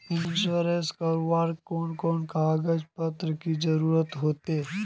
Insurance करावेल कोन कोन कागज पत्र की जरूरत होते?